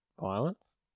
violence